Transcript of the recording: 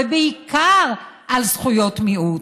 ובעיקר על זכויות מיעוט.